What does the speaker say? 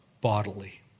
bodily